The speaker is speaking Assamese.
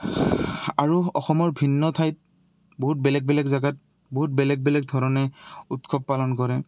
আৰু অসমৰ ভিন্ন ঠাইত বহুত বেলেগ বেলেগ জেগাত বহুত বেলেগ বেলেগ ধৰণে উৎসৱ পালন কৰে